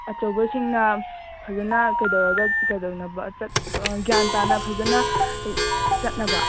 ꯑꯆꯧꯕꯁꯤꯡꯅ ꯐꯖꯅ ꯀꯩꯗꯧꯔꯒ ꯀꯩꯗꯧꯅꯕ ꯆꯠꯄ ꯒ꯭ꯌꯥꯟ ꯇꯥꯅ ꯐꯖꯅ ꯆꯠꯅꯕ